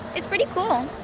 it's pretty cool